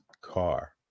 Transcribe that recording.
car